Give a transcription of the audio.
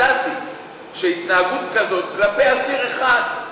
ידעתי שהתנהגות כזאת כלפי אסיר אחד,